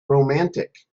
romantic